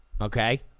Okay